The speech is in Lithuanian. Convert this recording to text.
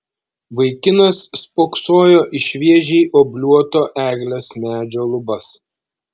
vaikinas spoksojo į šviežiai obliuoto eglės medžio lubas